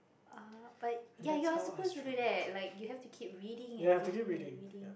ah but ya you are supposed to do that like you have to keep reading and reading and reading